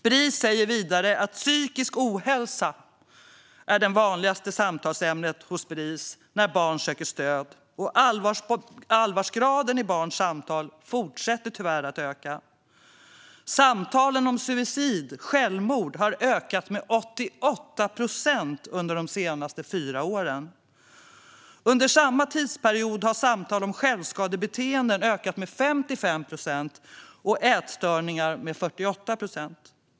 Bris säger vidare: "Psykisk ohälsa är det vanligaste samtalsämnet hos Bris när barn söker stöd och allvarsgraden i barns samtal fortsätter att öka. Samtalen om suicid har ökat med hela 88 procent under de senaste fyra åren. Under samma tidsperiod har samtal om självskadebeteenden ökat med 55 procent och ätstörningar med 48 procent.